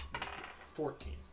Fourteen